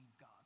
God